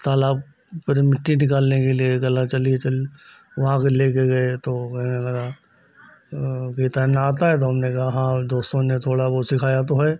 तालाब पर मिट्टी निकालने के लिए कहा चलिए चल वहाँ फिर लेकर गए तो कहने लगा कि तैरना आता है तो हमने कहा हाँ दोस्तों ने थोड़ा बहुत सिखाया तो है